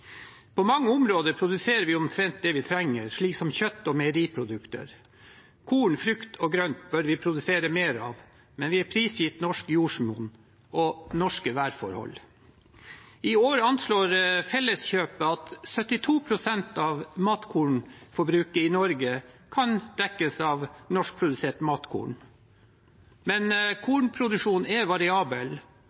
På mange områder produserer vi omtrent det vi trenger, slik som kjøtt og meieriprodukter. Korn, frukt og grønt bør vi produsere mer av, men vi er prisgitt norsk jordsmonn og norske værforhold. I år anslår Felleskjøpet at 72 pst. av matkornforbruket i Norge kan dekkes av norskprodusert matkorn. Men kornproduksjonen er variabel,